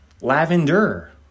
Lavender